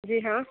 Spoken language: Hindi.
जी हाँ